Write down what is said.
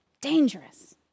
Dangerous